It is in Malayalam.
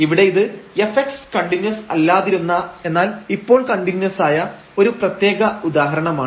ഇവിടെ ഇത് fx കണ്ടിന്യൂസ് അല്ലാതിരുന്ന എന്നാൽ ഇപ്പോൾ കണ്ടിന്യൂസായ ഒരു പ്രത്യേക ഉദാഹരണമാണ്